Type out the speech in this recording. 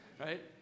right